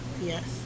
Yes